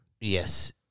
yes